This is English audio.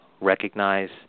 recognize